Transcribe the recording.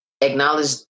acknowledge